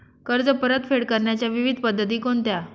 कर्ज परतफेड करण्याच्या विविध पद्धती कोणत्या?